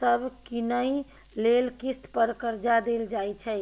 सब कीनइ लेल किस्त पर कर्जा देल जाइ छै